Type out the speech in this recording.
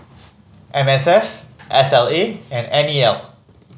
M S F S L A and N E L